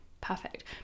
perfect